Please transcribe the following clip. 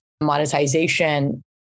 monetization